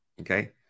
Okay